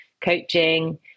coaching